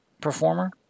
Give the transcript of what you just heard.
performer